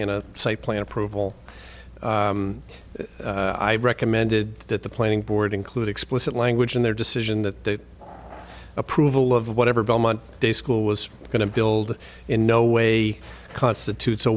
in a site plan approval i've recommended that the planning board include explicit language in their decision that approval of whatever belmont day school was going to build in no way constitutes a